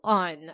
on